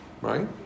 right